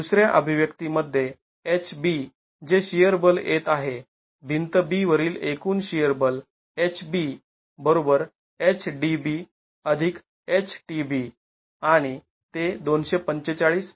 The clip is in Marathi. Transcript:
दुसऱ्या अभिव्यक्ती मध्ये H B जे शिअर बल येत आहे भिंत B वरील एकूण शिअर बल H B H D B H t B आणि ते २४५